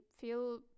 feel